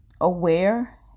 aware